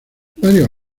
varios